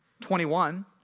21